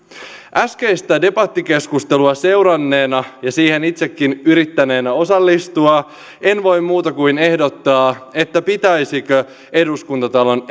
äskeistä debattikeskustelua seuranneena ja siihen itsekin yrittäneenä osallistua en voi muuta kuin ehdottaa että pitäisikö eduskuntatalon